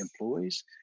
employees